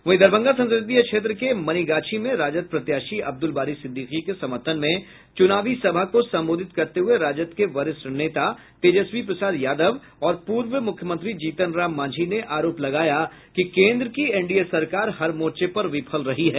वहीं दरभंगा संसदीय क्षेत्र के मनीगाछी में राजद प्रत्याशी अब्दुल बारी सिददीकी के समर्थन में चूनावी सभा को संबोधित करते हुए राजद के वरिष्ठ नेता तेजस्वी प्रसाद यादव और पूर्व मुख्यमंत्री जीतन राम मांझी ने आरोप लगाया कि केन्द्र की एनडीए सरकार हर मोर्चे पर विफल रही है